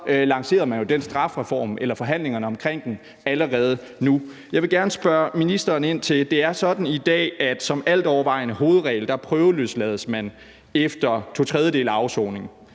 lancerede man jo den strafreform eller forhandlingerne om den allerede nu. Jeg vil gerne spørge ministeren om noget. Det er sådan i dag, at man som altovervejende hovedregel prøveløslades efter to tredjedeles afsoning.